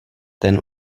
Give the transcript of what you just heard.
ten